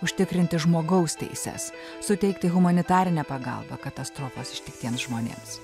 užtikrinti žmogaus teises suteikti humanitarinę pagalbą katastrofos ištiktiems žmonėms